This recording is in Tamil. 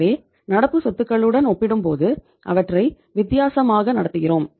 எனவே நடப்பு சொத்துகளுடன் ஒப்பிடும்போது அவற்றை வித்தியாசமாக நடத்துகிறோம்